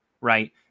right